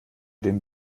den